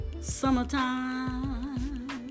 summertime